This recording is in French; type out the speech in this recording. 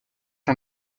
ont